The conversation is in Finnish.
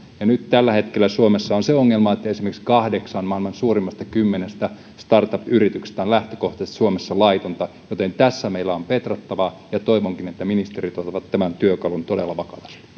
nyt tällä hetkellä suomessa on se ongelma että esimerkiksi kahdeksan kymmenestä maailman suurimmasta start up yrityksestä on lähtökohtaisesti suomessa laittomia joten tässä meillä on petrattavaa ja toivonkin että ministerit ottavat tämän työkalun todella